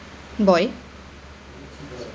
boy